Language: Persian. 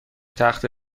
تخت